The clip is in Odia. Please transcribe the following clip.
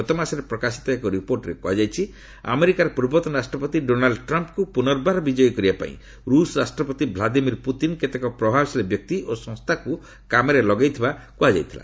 ଗତମାସରେ ପ୍ରକାଶିତ ଏକ ରିପୋର୍ଟରେ କୁହାଯାଇଛି ଆମେରିକାର ପୂର୍ବତନ ରାଷ୍ଟ୍ରପତି ଡୋନାଲ୍ଚ ଟ୍ରମ୍ପଙ୍କୁ ପୁନର୍ବାର ବିଜୟୀ କରିବା ପାଇଁ ରୁଷ୍ ରାଷ୍ଟ୍ରପତି ଭ୍ଲାଦିମିର ପୁତିନ୍ କେତେକ ପ୍ରଭାବଶାଳୀ ବ୍ୟକ୍ତି ଓ ସଂସ୍ଥାକୁ କାମରେ ଲଗାଇଥିବା କୁହାଯାଇଥିଲା